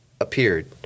appeared